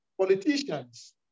politicians